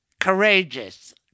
courageous